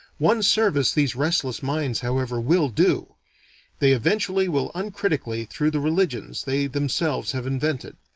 one service these restless minds however will do they eventually will uncritically through the religions they themselves have invented.